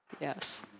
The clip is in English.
Yes